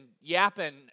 yapping